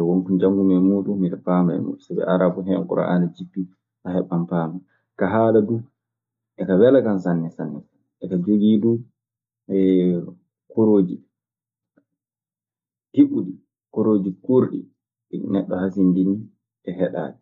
wokon njanngumi e muuɗun, miɗe faama e mun. Sabi aarab ko henn Kur'aana jippii a heɓan paamaa. Kaa haala duu eka wela kan sanne, sanne, eka jogii du korooji hiɓɓuɗi, korooji kuurɗi, ɗi neɗɗo hasindinii e heɗaade.